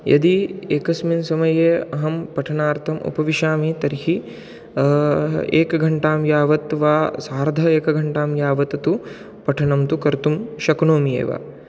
यदि एकस्मिन् समये अहं पठनार्थम् उपविशामि तर्हि एकघण्टां यावत् वा सार्ध एकघण्टां यावत् तु पठनं तु कर्तुं शक्नोमि एव